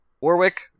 Warwick